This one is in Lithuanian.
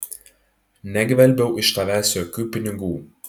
negvelbiau iš tavęs jokių pinigų